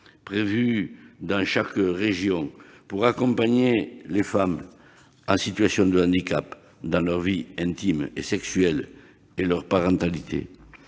prévus dans chaque région pour accompagner les femmes en situation de handicap dans leur vie intime et sexuelle et leur parentalité